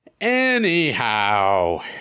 Anyhow